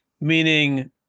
meaning